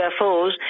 UFOs